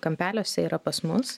kampeliuose yra pas mus